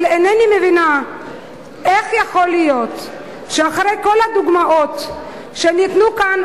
אבל אינני מבינה איך יכול להיות שאחרי כל הדוגמאות שניתנו כאן,